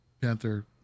Panther